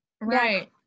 Right